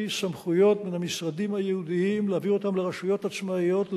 סמכויות מן המשרדים הייעודיים ולהביא אותן לרשויות עצמאיות,